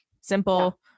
simple